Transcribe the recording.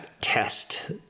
test